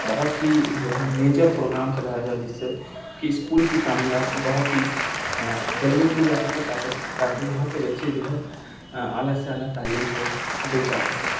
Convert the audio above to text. بہت ہی جو ہے میجر پروگرام چلایا جائے جس سے کہ اسکول کی تعمیرات بہت ہی جلدی کی جا سکے تا کر کے تا کہ وہاں پہ بچے جو ہے اعلیٰ سے اعلیٰ تعلیم سے دو چار ہو سکے